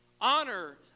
Honor